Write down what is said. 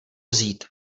vzít